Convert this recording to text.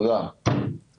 אנחנו